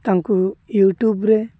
ତାଙ୍କୁ ୟୁଟ୍ୟୁବ୍ରେ